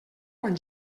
quan